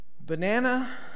Banana